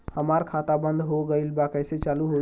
हमार खाता बंद हो गईल बा कैसे चालू होई?